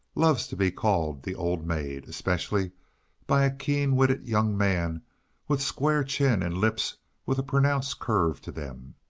loves to be called the old maid especially by a keen-witted young man with square chin and lips with a pronounced curve to them.